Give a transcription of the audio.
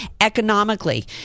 economically